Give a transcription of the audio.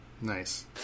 Nice